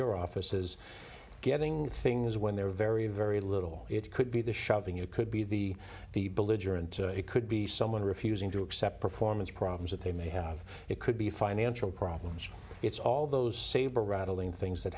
your office is getting things when they're very very little it could be the shoving it could be the the belligerent it could be someone refusing to accept performance problems that they may have it could be financial problems it's all those saber rattling things that